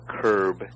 curb